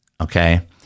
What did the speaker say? okay